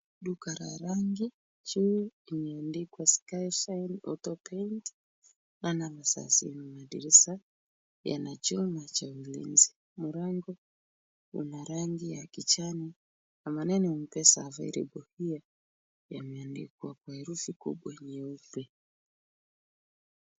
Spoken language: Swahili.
Duka la rangi juu imeandikwa Skyshine Auto Paint na madirisha yana chuma cha ulinzi. Mlango una rangi ya kijani na maneno M-Pesa available here yameandikwa kwa herufi kubwa nyeupe.